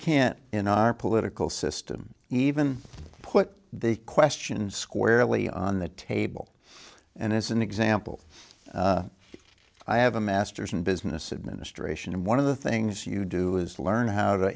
can't in our political system even put the question squarely on the table and as an example i have a masters in business administration and one of the things you do is learn how to